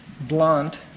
blunt